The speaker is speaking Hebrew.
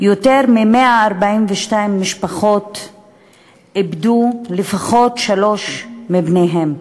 יותר מ-142 משפחות איבדו לפחות שלושה מבניהן,